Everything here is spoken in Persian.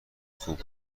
خوب